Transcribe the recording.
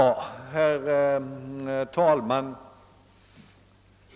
Herr talman!